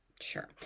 sure